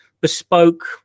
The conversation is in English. bespoke